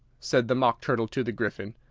said the mock turtle to the gryphon.